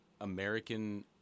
American